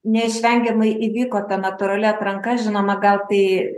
neišvengiamai įvyko ta natūrali atranka žinoma gal tai